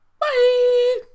Bye